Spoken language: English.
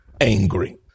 angry